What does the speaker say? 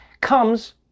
comes